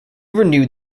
renewed